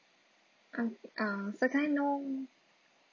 um uh so can I know